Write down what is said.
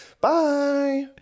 bye